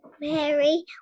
Mary